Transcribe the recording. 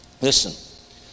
Listen